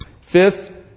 Fifth